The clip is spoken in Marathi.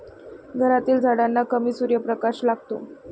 घरातील झाडांना कमी सूर्यप्रकाश लागतो